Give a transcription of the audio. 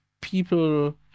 People